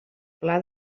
pla